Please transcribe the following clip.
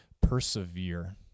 persevere